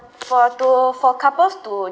for to for couples to